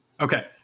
Okay